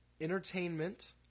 Entertainment